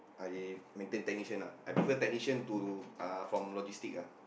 I maintain technician lah I prefer technician to uh from logistic lah